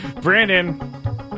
Brandon